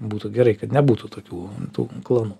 būtų gerai kad nebūtų tokių tų klanų